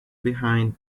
behind